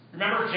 Remember